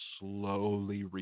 slowly